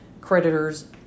creditors